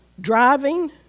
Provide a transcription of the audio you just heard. Driving